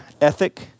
ethic